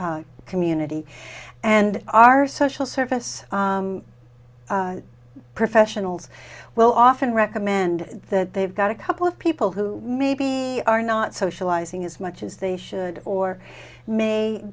community and our social service professionals will often recommend that they've got a couple of people who maybe are not socializing as much as they should or may